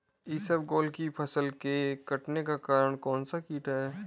इसबगोल की फसल के कटने का कारण कौनसा कीट है?